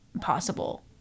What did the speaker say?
possible